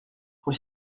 rue